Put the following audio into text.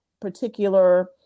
particular